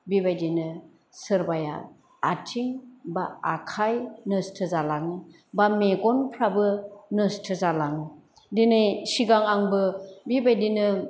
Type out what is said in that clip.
बेबायदिनो सोरबाया आथिं बा आखाय नोस्थो जालाङो बा मेगनफ्राबो नोस्थो जालाङो दिनै सिगां आंबो बेबायदिनो